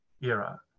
era